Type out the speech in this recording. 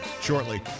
shortly